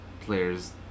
players